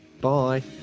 bye